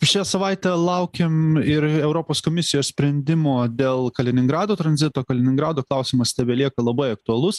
šią savaitę laukiam ir europos komisijos sprendimo dėl kaliningrado tranzito kaliningrado klausimas tebelieka labai aktualus